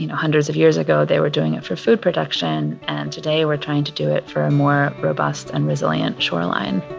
you know hundreds of years ago they were doing it for food production and today we're trying to do it for a more robust and resilient shoreline